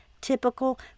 typical